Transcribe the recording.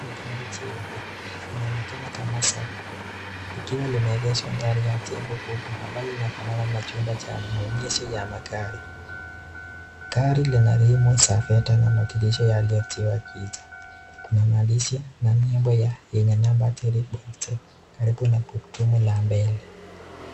Ni gari jeupe, inaonekana kama saa ikiwa limeegeshwa ndani ya jengo kubwa ambalo linafanana na chumba cha maonyesho ya magari, gari lina rimu vetaza na madirisha yaliyotiwa giza. Kuna maandishi na nembo ye yenye namba 3.7 karibu na gurudumu la mbele.